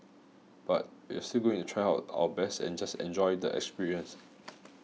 but we're still going to try out our best and just enjoy the experience